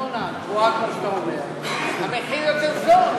שהארנונה גבוהה, כמו שאתה אומר, המחיר יותר זול.